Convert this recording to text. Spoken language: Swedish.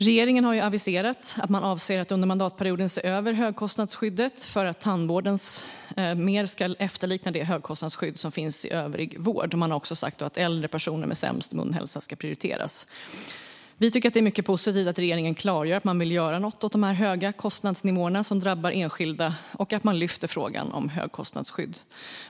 Regeringen har aviserat att man avser att under mandatperioden se över tandvårdens högkostnadsskydd för att det mer ska efterlikna det högkostnadsskydd som finns i övrig vård. Man har också sagt att de äldre personer som har sämst munhälsa ska prioriteras. Vi tycker att det är mycket positivt att regeringen klargör att man vill göra något åt de höga kostnadsnivåer som drabbar enskilda och att man lyfter frågan om högkostnadsskydd.